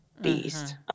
beast